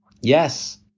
Yes